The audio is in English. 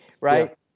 right